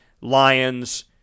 Lions